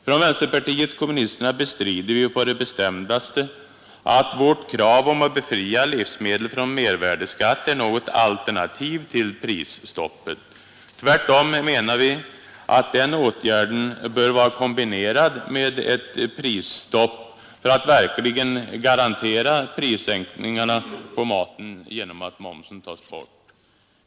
Från vänsterpartiet kommunisterna bestrider vi på det bestämdaste att vårt krav om att befria livsmedel från mervärdeskatt är något alternativ till prisstoppet. Tvärtom menar vi att den åtgärden bör vara kombinerad med ett prisstopp för att verkligen garantera prissänkningarna på maten genom att momsen tas bort.